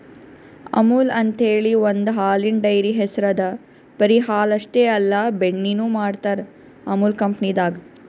ಅಮುಲ್ ಅಂಥೇಳಿ ಒಂದ್ ಹಾಲಿನ್ ಡೈರಿ ಹೆಸ್ರ್ ಅದಾ ಬರಿ ಹಾಲ್ ಅಷ್ಟೇ ಅಲ್ಲ ಬೆಣ್ಣಿನು ಮಾಡ್ತರ್ ಅಮುಲ್ ಕಂಪನಿದಾಗ್